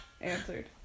Answered